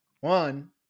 One